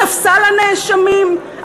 מספסל הנאשמים,